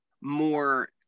more